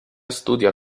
studia